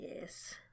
yes